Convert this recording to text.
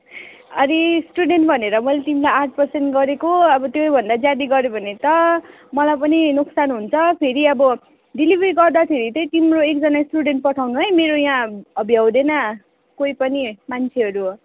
अरे स्टुडेन्ट भनेर मैले तिमीलाई आठ पर्सेन्ट गरेको अब त्योभन्दा ज्यादा गऱ्यो भने त मलाई पनि नोक्सान हुन्छ फेरि अब डेलिभरी गर्दाखेरि चाहिँ तिम्रो एकजना स्टुडेन्ट पठाउनु है मेरो यहाँ भ्याउँदैन कोही पनि मान्छेहरू